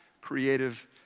creative